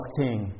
king